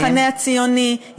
המחנה הציוני,